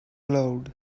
glowed